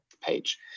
page